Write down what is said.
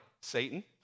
Satan